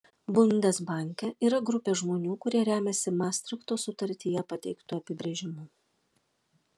bundesbanke yra grupė žmonių kurie remiasi mastrichto sutartyje pateiktu apibrėžimu